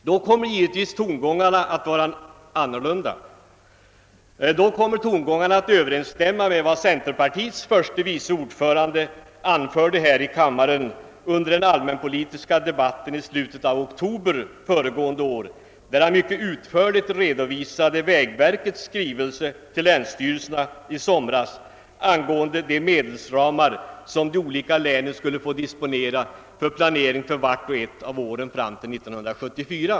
Då kommer givetvis tongångarna att vara annorlunda och överensstämma med vad centerpartiets förste vice ordförande anförde här i kammaren under den allmänna politiska debatten i slutet av oktober föregående år, då han mycket utförligt redovisade vägverkets skrivelse till länsstyrelserna i somras angående de medelsramar som de olika länen skulle få disponera för planering för vart och ett av åren fram till 1974.